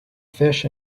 fish